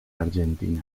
argentina